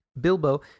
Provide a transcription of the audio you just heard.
Bilbo